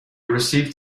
received